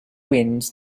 winds